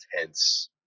intense